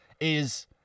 is-